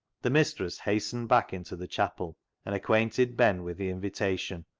the mistress hastened back into the chapel and acquainted ben with the invitation,